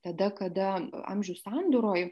tada kada amžių sandūroj